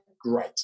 great